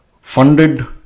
funded